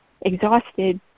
exhausted